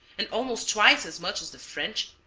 and almost twice as much as the french,